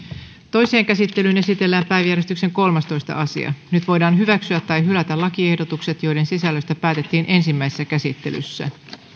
toiseen käsittelyyn esitellään päiväjärjestyksen kolmastoista asia nyt voidaan hyväksyä tai hylätä lakiehdotukset joiden sisällöstä päätettiin ensimmäisessä käsittelyssä